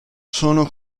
sono